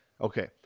Okay